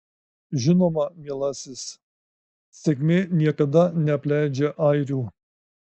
žinoma mielasis sėkmė niekada neapleidžia airių